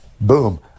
boom